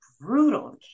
brutal